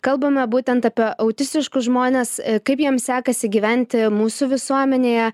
kalbame būtent apie autistiškus žmones kaip jiems sekasi gyventi mūsų visuomenėje